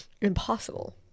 impossible